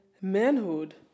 manhood